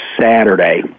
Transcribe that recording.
Saturday